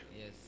Yes